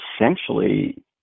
essentially